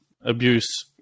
abuse